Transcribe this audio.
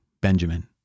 Benjamin